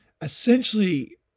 Essentially